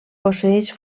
posseeix